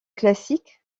classique